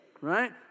right